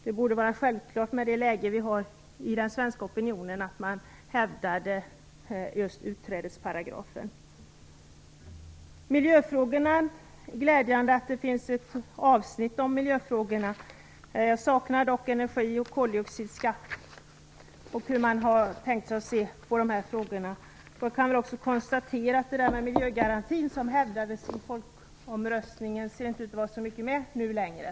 Med tanke på läget i den svenska opinionen borde det vara självklart att man hävdade just en utträdesparagraf. Det är glädjande att det finns ett avsnitt om miljöfrågorna. Jag saknar dock frågan om en energi och koldioxidskatt och något om hur man ser på den. Då kan jag också konstatera att det inte längre ser ut att vara så mycket med den miljögaranti som hävdades i folkomröstningen.